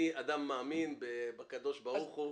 אני אדם מאמין בקדוש ברוך הוא.